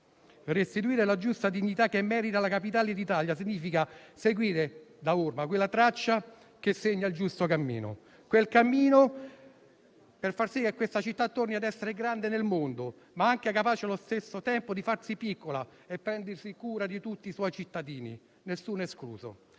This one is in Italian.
restituire la giusta dignità che merita alla capitale d'Italia significa seguire - da orma - quella traccia che segna il giusto cammino, per far sì che questa città torni a essere grande nel mondo, ma allo stesso tempo capace di farsi piccola e prendersi cura di tutti i suoi cittadini, nessuno escluso.